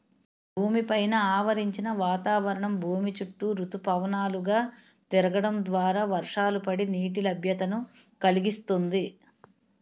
భూమి పైన ఆవరించిన వాతావరణం భూమి చుట్టూ ఋతుపవనాలు గా తిరగడం ద్వారా వర్షాలు పడి, నీటి లభ్యతను కలిగిస్తుంది